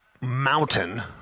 mountain